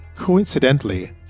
Coincidentally